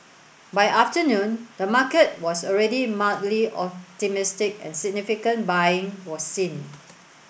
by afternoon the market was already mildly optimistic and significant buying was seen